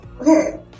Okay